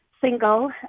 single